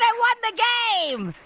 it, i won the game.